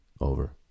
over